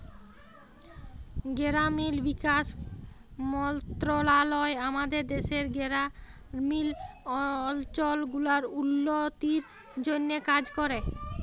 গেরামিল বিকাশ মলত্রলালয় আমাদের দ্যাশের গেরামিল অলচল গুলার উল্ল্য তির জ্যনহে কাজ ক্যরে